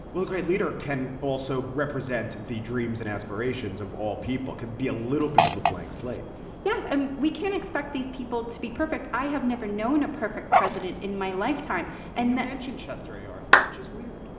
when great leader can also represent the dreams and aspirations of all people could be a little bit of a blank slate yes. and we can expect these people to be perfect. i have never known a perfect president in my lifetime and mentioned chester arthur, which is weird.